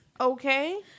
okay